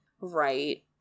Right